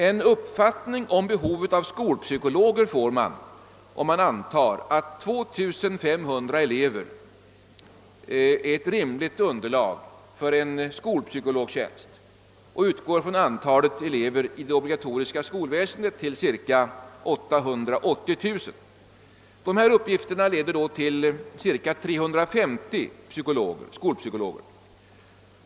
En uppfattning om behovet av skolpsykologer får man, om man antar att 2 500 elever är ett rimligt underlag för en skolpsykologtjänst och utgår från att antalet elever i det obligatoriska skolväsendet är cirka 880 000. Dessa uppgifter leder fram till att det behövs cirka 350 skolpsykologer.